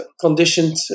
conditioned